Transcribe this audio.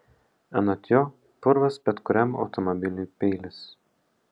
anot jo purvas bet kuriam automobiliui peilis